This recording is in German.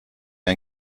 ein